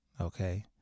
Okay